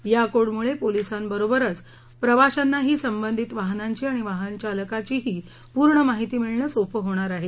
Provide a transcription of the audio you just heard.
या कोडमुळे पोलिसांबरोबरच प्रवाशांनाही संबंधित वाहनाची आणि वाहनचालकाचीही पूर्ण माहिती मिळणे सोपं होणार आहे